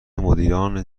مدیران